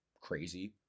crazy